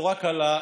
נורא קלה,